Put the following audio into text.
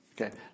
Okay